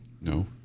No